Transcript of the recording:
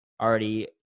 already